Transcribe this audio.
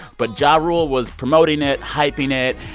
but ja rule was promoting it, hyping it.